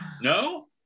no